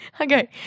Okay